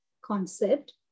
concept